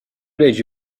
leggi